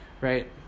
right